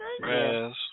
Yes